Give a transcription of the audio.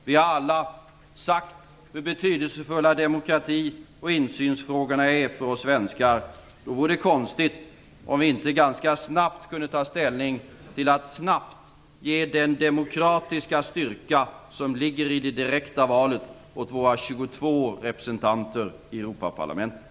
Vi har alla sagt hur betydelsefulla demokrati och insynsfrågorna är för oss svenskar. Då vore det konstigt om vi inte ganska snart kunde ta ställning till att snabbt ge den demokratiska styrka som ligger i det direkta valet åt våra 22 representanter i Europaparlamentet.